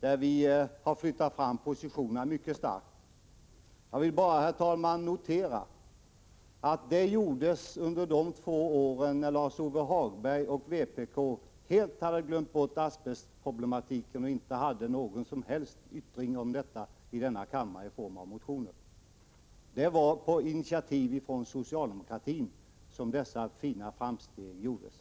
Där har vi flyttat fram positionerna mycket starkt. Jag vill bara notera, herr talman, att detta gjordes under de två år då Lars-Ove Hagberg och vpk helt hade glömt bort asbestproblematiken och inte gav till känna någon som helst mening härvidlag i riksdagen i form av motioner. Det var på initiativ av socialdemokratin som dessa fina framsteg gjordes.